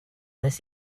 this